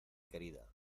querida